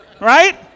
Right